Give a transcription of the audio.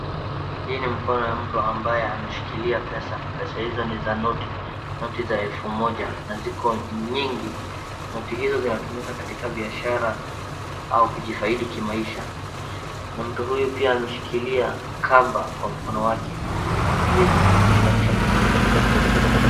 Hii ni mkono ya mtu ambaye ameshikilia pesa. Pesa hizo ni za noti. Noti za elfu moja na ziko nyingi. Noti hizo zinatumika katika biashara au kujifaidi maisha. Na mtu huyu pia ameshikilia kamba kwa mkono wake ili kushikanisha pesa hizo.